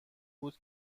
بود